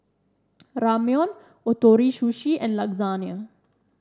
Ramyeon Ootoro Sushi and Lasagne